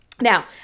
Now